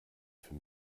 für